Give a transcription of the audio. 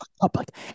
Public